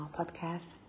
podcast